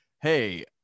hey